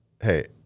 Hey